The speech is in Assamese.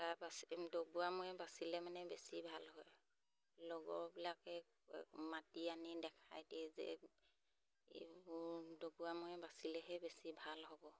তাৰ পাছ ডবোৱা ময়ে বাচিলে মানে বেছি ভাল হয় লগৰবিলাকে মাতি আনি দেখাই দিয়ে যে ডবোৱা ময়ে বাচিলেহে বেছি ভাল হ'ব